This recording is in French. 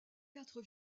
quatre